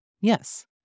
Yes